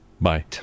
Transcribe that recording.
bye